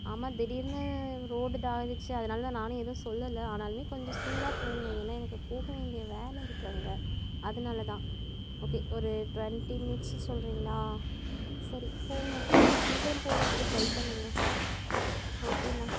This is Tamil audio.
ஆமாம் திடீர்னு ரோடு இதாயிடுச்சி அதனால தான் நான் எதுவும் சொல்லலை ஆனாலும் கொஞ்சம் ஸ்பீடாக போங்க ஏன்னா எனக்கு போக வேண்டிய வேலை இருக்குது அங்கே அதனால தான் ஓகே ஒரு டுவென்ட்டி மினிட்ஸ் சொல்கிறீங்களா சரி போங்க கொஞ்சம் சீக்கிரம் போகிறதுக்கு ட்ரை பண்ணுங்க ஓகேண்ணா